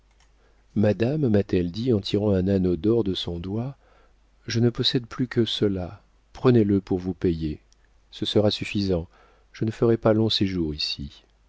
madame m'a-t-elle dit en tirant un anneau d'or de son doigt je ne possède plus que cela prenez-le pour vous payer ce sera suffisant je ne ferai pas long séjour ici